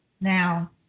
Now